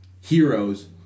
heroes